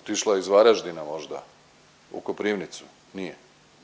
Otišla je iz Varaždina možda u Koprivnicu? Nije.